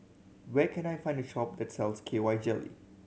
where can I find a shop that sells K Y Jelly